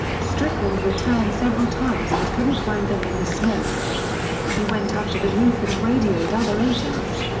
strickland returned several times but couldn't find them in the smoke he went up to the roof and radioed other agents.